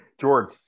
george